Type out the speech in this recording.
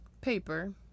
paper